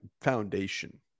foundation